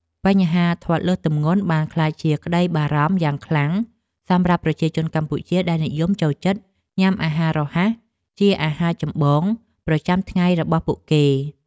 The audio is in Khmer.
បញ្ហាធាត់លើសទម្ងន់បានក្លាយជាក្តីបារម្ភយ៉ាងខ្លាំងសម្រាប់ប្រជាជនកម្ពុជាដែលនិយមចូលចិត្តញ៉ាំអាហាររហ័សជាអាហារចម្បង ប្រចាំថ្ងៃរបស់គេ។